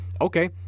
okay